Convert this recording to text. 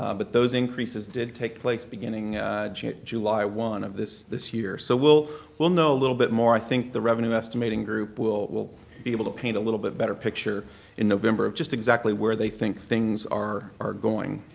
ah but those increases did take place beginning july one of this this year. so we'll we'll know a little bit more. i think the revenue estimating group will will be able to paint a little bit better picture in november of just exactly where they think things are are going.